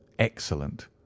excellent